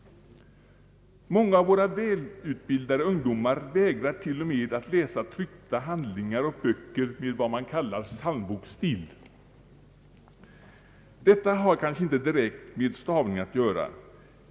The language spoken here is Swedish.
Många av våra välut bildade ungdomar vägrar t.o.m. att läsa tryckta handlingar och böcker med vad man kallar psalmboksstil. Detta har kanske inte direkt med stavningen att göra.